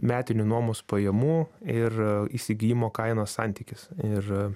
metinių nuomos pajamų ir a įsigijimo kainos santykis ir a